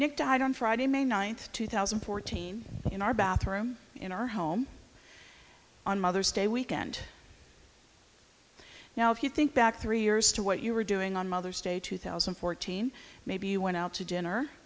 nick died on friday may ninth two thousand and fourteen in our bathroom in our home on mother's day weekend now if you think back three years to what you were doing on mother's day two thousand and fourteen maybe you went out to dinner